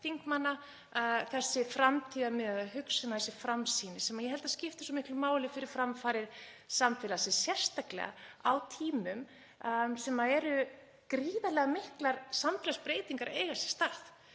þessi framtíðarmiðaða hugsun, þessi framsýni, sem ég held að skipti svo miklu máli fyrir framfarir samfélagsins, sérstaklega á tímum þar sem gríðarlega miklar samfélagslegar breytingar eiga sér stað.